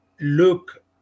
look